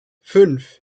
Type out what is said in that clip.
fünf